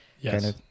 Yes